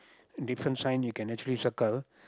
different sign you can actually circle